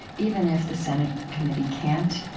even if the senate committee can't,